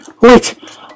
Wait